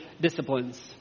disciplines